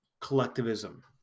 Collectivism